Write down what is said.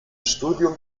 studium